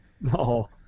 No